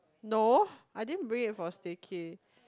no I din bring it for stay cay